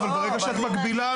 אבל ברגע שאת מגבילה,